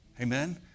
Amen